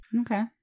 Okay